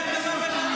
נו, באמת.